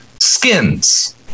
skins